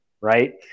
right